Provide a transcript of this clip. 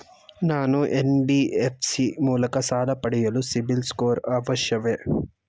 ನಾನು ಎನ್.ಬಿ.ಎಫ್.ಸಿ ಮೂಲಕ ಸಾಲ ಪಡೆಯಲು ಸಿಬಿಲ್ ಸ್ಕೋರ್ ಅವಶ್ಯವೇ?